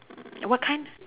what kind